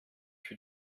für